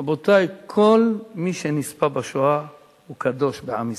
רבותי, כל מי שנספה בשואה הוא קדוש בעם ישראל,